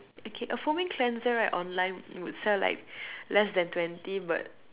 okay a foaming cleanser right online would sell like less than twenty but